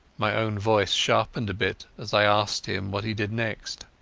my own voice sharpened a bit as i asked him what he did next.